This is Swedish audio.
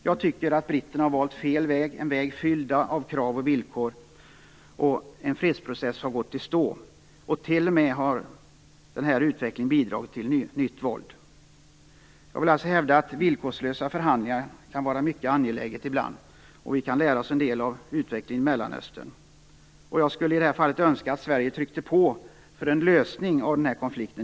Jag tycker att britterna har valt fel väg, en väg fylld av krav och villkor. En fredsprocess har gått i stå. Denna utveckling har t.o.m. bidragit till nytt våld. Jag vill alltså hävda att det kan vara mycket angeläget med villkorslösa förhandlingar ibland. Vi kan lära oss en del av utvecklingen i Mellanöstern. Jag skulle i det här fallet önska att Sverige tryckte på för en lösning av konflikten.